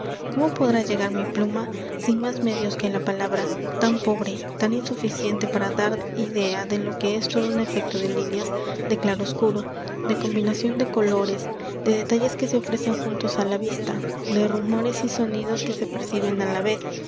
cómo podrá llegar mi pluma sin más medios que la palabra tan pobre tan insuficiente para dar idea de lo que es todo un efecto de líneas de claroscuro de combinación de colores de detalles que se ofrecen juntos á la vista de rumores y sonidos que se perciben á la vez